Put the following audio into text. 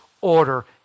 order